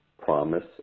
promise